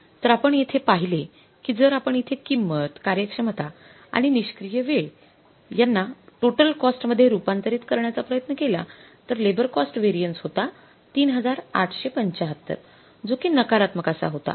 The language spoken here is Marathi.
तर आपण येथे पहिले कि जर आपण इथे किंमत कार्यक्षमता आणि निष्क्रिय वेळ यांना टोटल कॉस्ट मध्ये रूपांतरित करण्याचा प्रयत्न केला तर लेबर कॉस्ट व्हेरिएन्स होता ३८७५ जो कि नकारात्मक असा होता